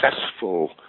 successful